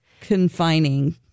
confining